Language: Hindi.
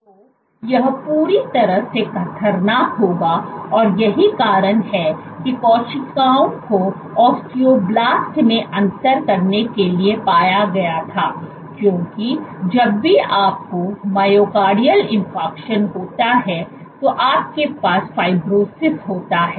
तो यह पूरी तरह से खतरनाक होगा और यही कारण है कि कोशिकाओं को ओस्टियोब्लास्ट में अंतर करने के लिए पाया गया था क्योंकि जब भी आपको मायोकार्डियल रोधगलन होता है तो आपके पास फाइब्रोसिस होता है